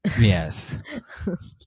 yes